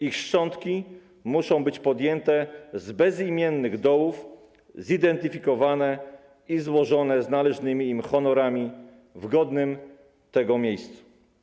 Ich szczątki muszą być podjęte z bezimiennych dołów, zidentyfikowane i złożone z należnymi im honorami w godnym tego miejscu.